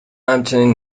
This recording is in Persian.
همچنین